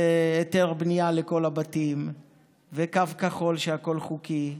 והיתר בנייה לכל הבתים וקו כחול שהכול חוקי.